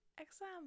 exam